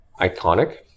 iconic